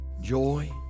joy